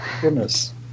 Goodness